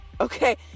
Okay